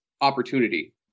opportunity